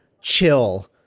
chill